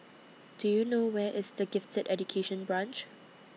Do YOU know Where IS The Gifted Education Branch